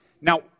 now